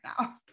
now